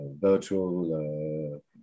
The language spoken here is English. virtual